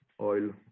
oil